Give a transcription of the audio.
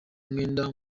mwenda